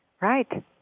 Right